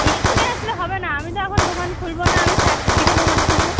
এক্ষুনি আসলে হবে না আমি তো এখন দোকান খুলবো না আমি চারটের দিকে দোকান খুলবো